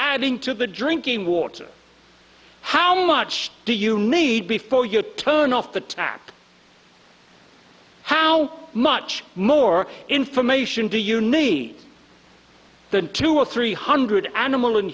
adding to the drinking water how much do you need before you turn off the tap how much more information do you need than two or three hundred animal and